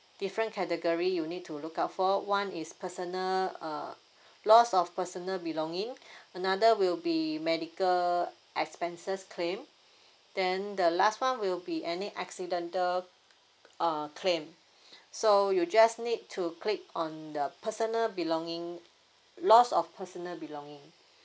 different category you need to look out for one is personal uh loss of personal belonging another will be medical expenses claim then the last one will be any accidental err claim so you just need to click on the personal belonging loss of personal belonging